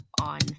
on